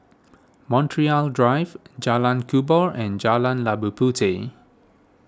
Montreal Drive Jalan Kubor and Jalan Labu Puteh